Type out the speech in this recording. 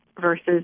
versus